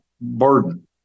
burden